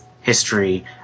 history